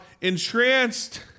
entranced